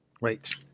Right